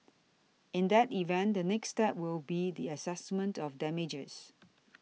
in that event the next step will be the assessment of damages